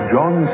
John